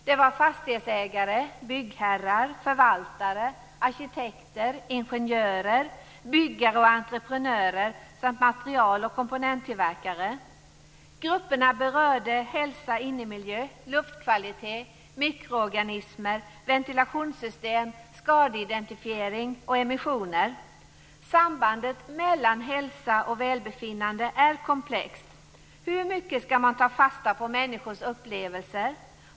Det var fastighetsägare, byggherrar, förvaltare, arkitekter, ingenjörer, byggare och entreprenörer samt material och komponenttillverkare som deltog. Grupperna berörde hälsa-innemiljö, luftkvalitet, mikroorganismer, ventilationssystem, skadeidentifiering och emissioner. Sambandet mellan hälsa och välbefinnande är komplext. Hur mycket skall man ta fasta på människors upplevelser?